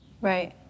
Right